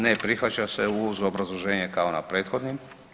Ne prihvaća se uz obrazloženje kao na prethodnom.